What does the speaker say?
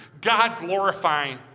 God-glorifying